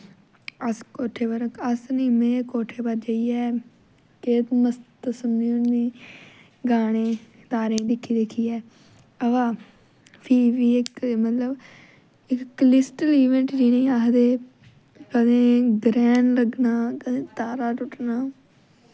अस कोठे पर अस नी में कोठे पर जाइयै केह् मस्त सुननी होन्नी गाने तारें गी दिक्खी दिक्खियै अवा फ्ही बी इक मतलब इक कलिस्टल इवेंट जिनेंगी आखदे कदें ग्रैह्न लग्गना कदें तारा टुट्टना